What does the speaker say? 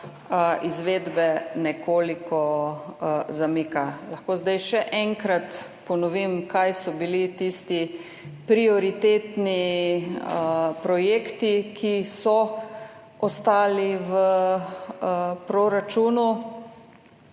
izvedbe nekoliko zamika. Lahko zdaj še enkrat ponovim, kaj so bili tisti prioritetni projekti, ki so ostali v proračunu,